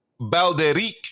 Balderic